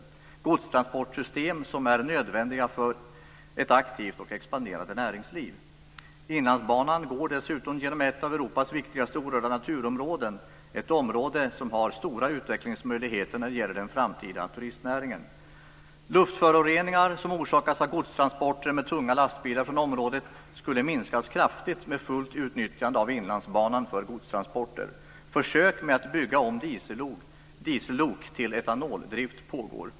Det är godstransportsystem som är nödvändiga för ett aktivt och expanderande näringsliv. Inlandsbanan går dessutom genom ett av Europas viktigaste orörda naturområden. Det är ett område som har stora utvecklingsmöjligheter när det gäller den framtida turistnäringen. Luftföroreningar som orsakas av godstransporter med tunga lastbilar från området skulle minskas kraftigt med fullt utnyttjande av Inlandsbanan för godstransporter. Försök med att bygga om diesellok till etanoldrift pågår.